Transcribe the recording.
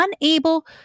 unable